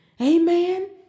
Amen